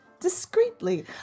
discreetly